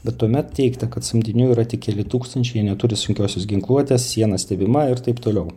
bet tuomet teigta kad samdinių yra tik keli tūkstančiai neturi sunkiosios ginkluotės siena stebima ir taip toliau